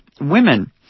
women